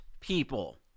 people